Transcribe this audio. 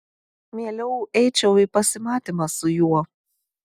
mieliau eičiau į pasimatymą su juo